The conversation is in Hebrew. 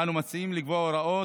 אנו מציעים לקבוע הוראת